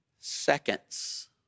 seconds